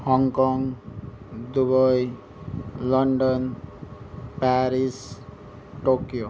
Hong Kong Dubai London Paris Tokyo